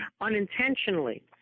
Unintentionally